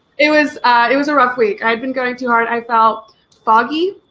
it was it was a rough week i've been going too hard, i felt foggy,